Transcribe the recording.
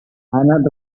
anat